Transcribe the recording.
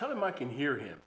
tell him i can hear him